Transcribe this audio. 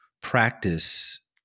practice